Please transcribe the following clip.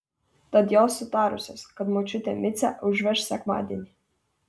tad jos sutarusios kad močiutė micę užveš sekmadienį